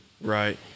Right